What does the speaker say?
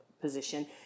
position